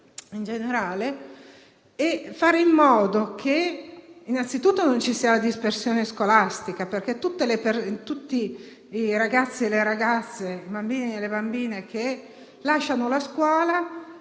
in generale e fare in modo innanzitutto che non ci sia dispersione scolastica, perché tutti i ragazzi e le ragazze, i bambini e le bambine che lasciano la scuola